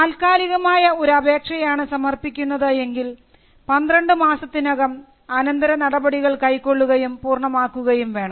താൽക്കാലികമായ ഒരു അപേക്ഷയാണ് സമർപ്പിക്കുന്നത് എങ്കിൽ 12 മാസത്തിനകം അനന്തര നടപടികൾ കൈക്കൊള്ളുകയും പൂർണ്ണമാക്കുകയും വേണം